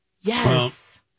yes